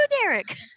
Derek